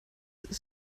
ist